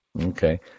Okay